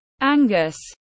Angus